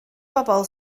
bobl